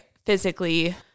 Physically